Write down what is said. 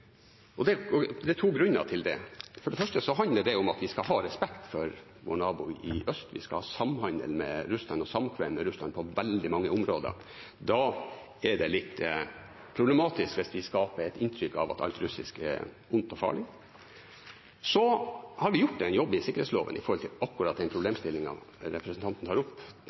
er to grunner til det. For det første handler det om at vi skal ha respekt for vår nabo i øst. Vi skal ha samhandel med Russland og samkvem med Russland på veldig mange områder. Da er det litt problematisk hvis vi skaper et inntrykk av at alt russisk er ondt og farlig. Så har vi gjort en jobb i sikkerhetsloven når det gjelder akkurat den problemstillingen representanten tar opp.